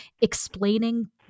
explaining